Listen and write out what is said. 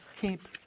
keep